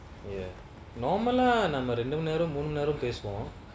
ya normal lah நம்ம ரெண்டு மணி நேரோ மூணு மணி நேரோ பேசுவோ:namma rendu mani nero moonu mani nero pesuvo